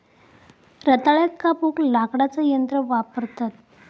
रताळ्याक कापूक लाकडाचा यंत्र वापरतत